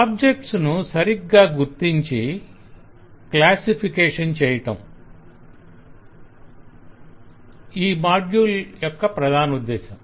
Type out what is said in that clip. objects ను సరిగ్గా గుర్తించి క్లాసిఫికేషన్ చేయటం ఈ మాడ్యుల్ యొక్క ప్రధానోద్దేశం